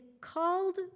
called